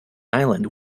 island